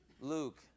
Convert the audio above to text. Luke